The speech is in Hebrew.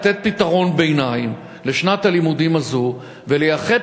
לתת פתרון ביניים לשנת הלימודים הזו ולייחד